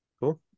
Cool